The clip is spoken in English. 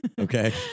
okay